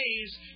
days